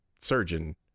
surgeon